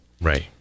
right